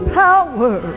power